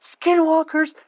skinwalkers